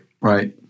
Right